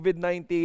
COVID-19